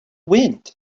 wind